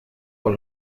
por